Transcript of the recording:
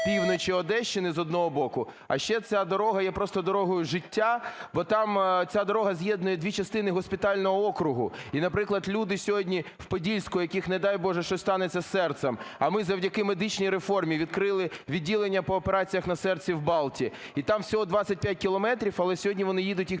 півночі Одещини, з одного боку, а ще ця дорога є просто "дорогою життя", бо там ця дорога з'єднує дві частини госпітального округу. І, наприклад, люди сьогодні в Подільську, в яких, не дай Боже, щось станеться із серцем, а ми завдяки медичній реформі відкрили відділення по операціях на серці в Балті, і там всього 25 кілометрів, але сьогодні вони їдуть їх